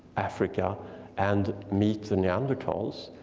africa and meet the neanderthals.